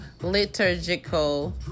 liturgical